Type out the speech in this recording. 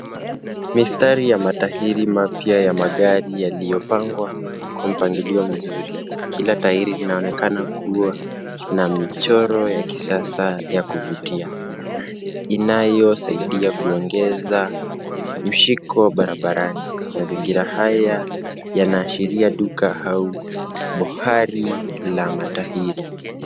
Mistari ya matairi mapya ya magari yaliyopangwa kwa mpangilio mzuri. Kila tairi linaonekana kuwa na michoro ya kisasa ya kuvutia inayosaidia kuongeza mshiko barabarani. Mazingira haya yanaashiria duka au bohari ya matairi.